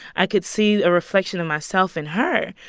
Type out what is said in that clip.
i could see a reflection of myself in her.